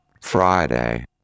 Friday